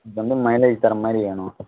எனக்கு வந்து மைலேஜ் தர்ற மாதிரி வேணும்